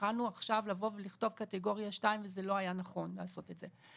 יכולנו עכשיו לבוא ולכתוב קטגוריה 2 וזה לא היה נכון לעשות את זה.